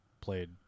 played